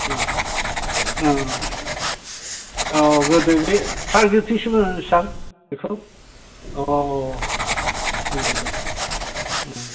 अ अ गोदो बे प्रागजौथिस होनोमोन सार बेखौ अ अ दे